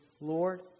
Lord